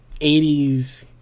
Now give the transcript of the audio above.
80s